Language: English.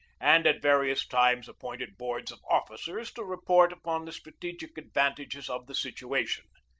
and at various times appointed boards of officers to report upon the strategic advantages of the situation.